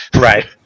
right